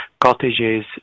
cottages